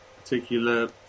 particular